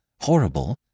horrible